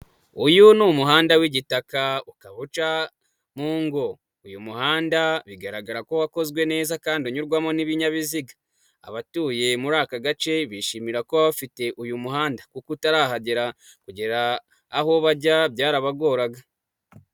Uyu ni umuhanda w'igitaka, ukaba uca mu ngo, uyu muhanda bigaragara ko wakozwe neza kandi unyurwamo n'ibinyabiziga. Abatuye muri aka gace, bishimira kuba bafite uyu muhanda, kuko utarahagera kugera aho bajya byarabagoraga.